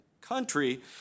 country